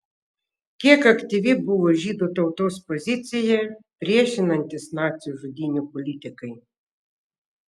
kiek aktyvi buvo žydų tautos pozicija priešinantis nacių žudynių politikai